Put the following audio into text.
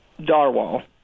Darwall